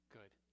Good